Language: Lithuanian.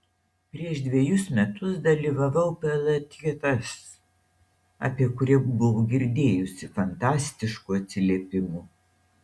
prieš dvejus metus dalyvavau pljs apie kurį buvau girdėjusi fantastiškų atsiliepimų